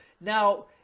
Now